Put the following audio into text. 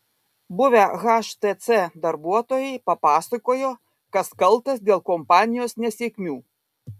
buvę htc darbuotojai papasakojo kas kaltas dėl kompanijos nesėkmių